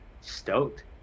stoked